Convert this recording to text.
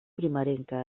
primerenca